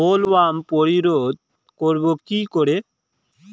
Bollworm প্রতিরোধ করব কি করে?